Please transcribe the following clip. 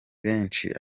benshi